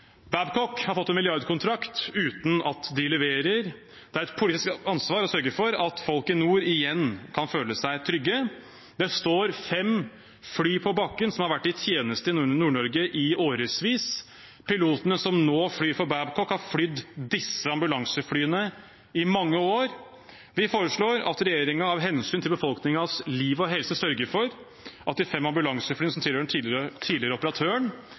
Babcock har fått en milliardkontrakt uten at de leverer. Det er et politisk ansvar å sørge for at folk i nord igjen kan føle seg trygge. Det står fem fly på bakken som har vært i tjeneste i Nord-Norge i årevis. Pilotene som nå flyr for Babcock, har flydd disse ambulanseflyene i mange år. Vi foreslår at regjeringen av hensyn til befolkningens liv og helse sørger for at de fem ambulanseflyene som tilhører den tidligere operatøren,